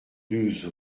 douze